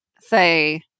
say